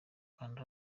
kanda